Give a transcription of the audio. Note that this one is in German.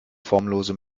formlose